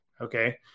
Okay